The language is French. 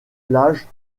plage